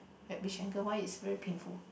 at which angle why it's very painful